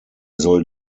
soll